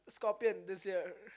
scorpion this year